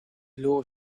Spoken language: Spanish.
luego